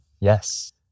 Yes